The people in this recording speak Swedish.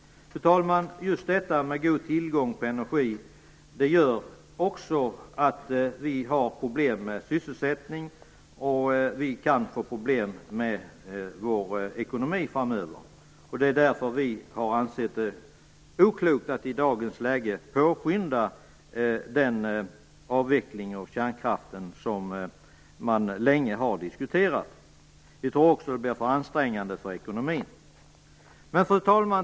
Fru talman! Just detta med god tillgång på energi gör att vi har problem med sysselsättning, och vi kan också få problem med vår ekonomi framöver. Det är därför vi har ansett det oklokt att i dagens läge påskynda den avveckling av kärnkraften som man länge har diskuterat. Vi tror också att det blir för ansträngande för ekonomin. Fru talman!